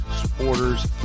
supporters